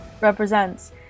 represents